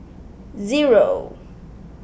zero